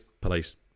police